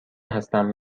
هستم